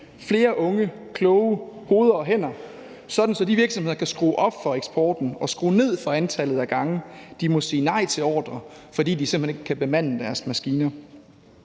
flere unge kloge hoveder og hænder, sådan at de virksomheder kan skrue op for eksporten og skrue ned for antallet af gange, de må sige nej til ordrer, fordi de simpelt hen ikke kan bemande deres maskiner.